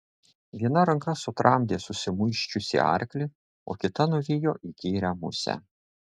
viena ranka sutramdė susimuisčiusį arklį o kita nuvijo įkyrią musę